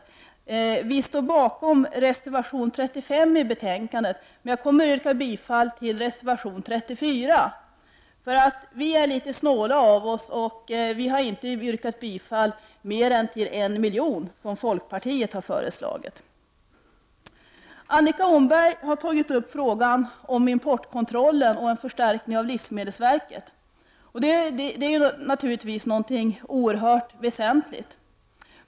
I betänkandet anges att miljöpartiet står bakom reservation 35, men jag kommer att yrka bifall till reservation 34. Vi är litet snåla av oss, och vi har inte yrkat bifall till en höjning av anslaget med mer än 1 milj.kr., vilket folkpartiet har gjort. Annika Åhnberg har tagit upp frågan om importkontrollen och en förstärkning av livsmedelsverket. Det är naturligtvis någonting oerhört väsentligt.